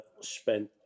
spent